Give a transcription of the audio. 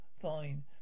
Fine